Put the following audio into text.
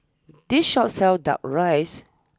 this Shop sells Duck Rice